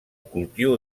cultiu